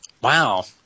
Wow